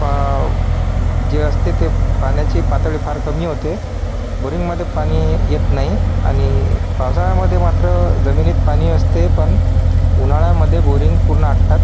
पाव् जे असते ते पाण्याची पातळी फार कमी होते बोरिंगमध्ये पाणी येत नाही आणि पावसाळ्यामध्ये मात्र जमिनीत पाणी असते पण उन्हाळ्यामध्ये बोरिंग पूर्ण आटतात